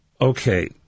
Okay